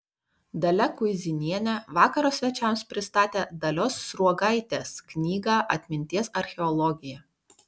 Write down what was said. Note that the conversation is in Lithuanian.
dalia kuizinienė vakaro svečiams pristatė dalios sruogaitės knygą atminties archeologija